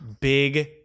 big